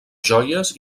joies